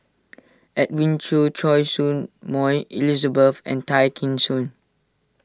Edwin Siew Choy Su Moi Elizabeth and Tay Kheng Soon